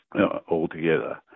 altogether